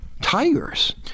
tigers